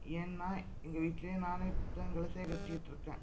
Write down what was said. ஏன்னா எங்கள் வீட்லேயும் நானே புத்தகங்களை சேகரிச்சுட்டிருக்கேன்